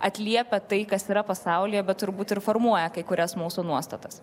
atliepia tai kas yra pasaulyje bet turbūt ir formuoja kai kurias mūsų nuostatas